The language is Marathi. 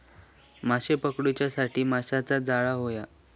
माशे पकडूच्यासाठी माशाचा जाळां होया